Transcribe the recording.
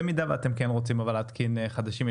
במידה ואתם כן רוצים אבל להתקין חדשים,